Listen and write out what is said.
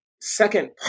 second